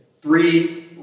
three